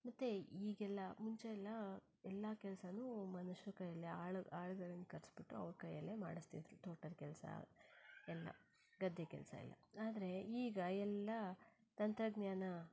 ಮತ್ತು ಈಗೆಲ್ಲ ಮುಂಚೆ ಎಲ್ಲ ಎಲ್ಲ ಕೆಲಸನೂ ಮನುಷ್ರ ಕೈಯಲ್ಲೇ ಆಳು ಆಳುಗಳನ್ನು ಕರ್ಸಿ ಬಿಟ್ಟು ಅವ್ರ ಕೈಯಲ್ಲೇ ಮಾಡಿಸ್ತಿದ್ರು ತೋಟದ ಕೆಲಸ ಎಲ್ಲ ಗದ್ದೆ ಕೆಲಸ ಎಲ್ಲ ಆದರೆ ಈಗ ಎಲ್ಲ ತಂತ್ರಜ್ಞಾನ